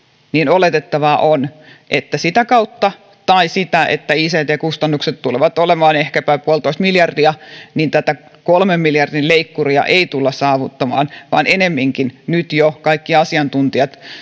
oletettavaa on että sitä kautta tai sitä kautta että ict kustannukset tulevat olemaan ehkäpä puolitoista miljardia tätä kolmen miljardin leikkuria ei tulla saavuttamaan vaan ennemminkin nyt jo kaikki asiantuntijat